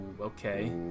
okay